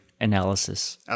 analysis